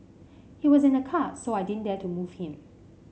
he was in a car so I didn't dare to move him